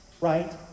right